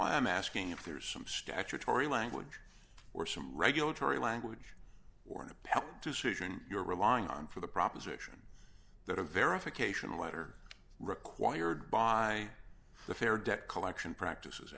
why i'm asking if there's some statutory language or some regulatory language or an appellate decision you're relying on for the proposition that a verification letter required by the fair debt collection practices